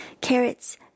carrots